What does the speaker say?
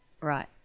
right